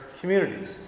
communities